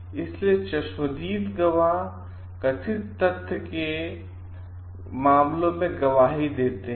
इसलिए चश्मदीद गवाह कथित तथ्य के मामलों में गवाही देते हैं